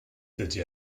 dydy